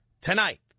Tonight